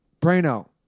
Brano